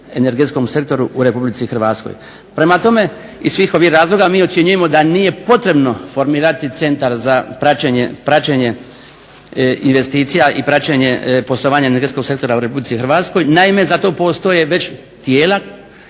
energetskom sektoru u RH. Prema tome iz svih ovih razloga mi ocjenjujemo da nije potrebno formirati Centar za praćenje investicija i praćenje poslovanja energetskog sektora u RH. Naime, za to postoje već tijela